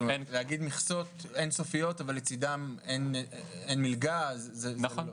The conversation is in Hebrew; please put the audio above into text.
להגיד מכסות אין-סופיות אבל לצידן אין מלגה זה לא --- נכון,